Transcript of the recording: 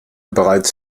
bereits